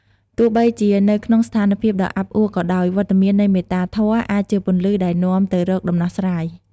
ទោះបីជានៅក្នុងស្ថានភាពដ៏អាប់អួរក៏ដោយ វត្តមាននៃមេត្តាធម៌អាចជាពន្លឺដែលនាំទៅរកដំណោះស្រាយ។